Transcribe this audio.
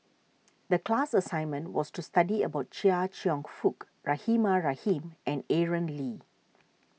the class assignment was to study about Chia Cheong Fook Rahimah Rahim and Aaron Lee